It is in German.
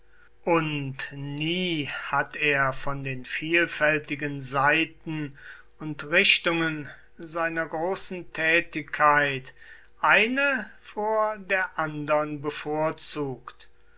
und nie hat er von den vielfältigen seiten und richtgen seiner großen tätigkeit eine vor der andern bevorzugt